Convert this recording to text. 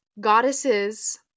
goddesses